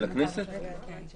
זה